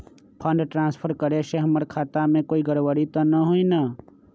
Fund transfer करे से हमर खाता में कोई गड़बड़ी त न होई न?